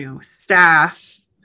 staff